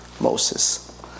Moses